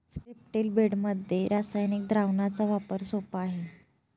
स्ट्रिप्टील बेडमध्ये रासायनिक द्रावणाचा वापर सोपा आहे